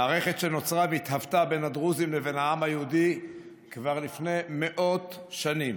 מערכת שנוצרה והתהוותה בין הדרוזים לבין העם היהודי כבר לפני מאות שנים.